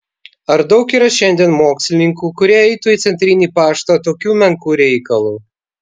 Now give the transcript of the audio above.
ar daug yra šiandien mokslininkų kurie eitų į centrinį paštą tokiu menku reikalu